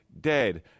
dead